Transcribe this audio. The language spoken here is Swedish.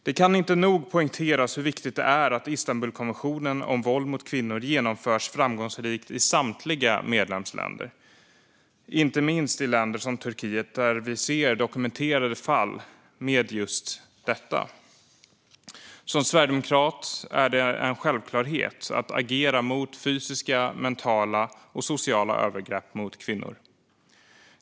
Det kan inte nog poängteras hur viktigt det är att Istanbulkonventionen om våld mot kvinnor genomförs framgångsrikt i samtliga medlemsländer, inte minst i länder som Turkiet, där vi ser dokumenterade fall av just detta. Som sverigedemokrat är det en självklarhet att agera mot fysiska, mentala och sociala övergrepp mot kvinnor.